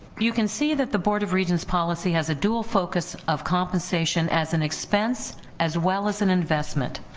you can see that the board of regents policy has a dual focus of compensation as an expense as well as an investment.